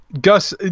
gus